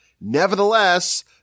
nevertheless